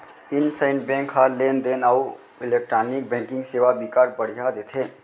IndusInd bank ह लेन देन अउ इलेक्टानिक बैंकिंग सेवा बिकट बड़िहा देथे